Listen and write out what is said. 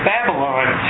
Babylon